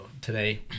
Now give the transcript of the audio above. today